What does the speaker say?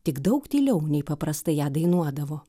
tik daug tyliau nei paprastai ją dainuodavo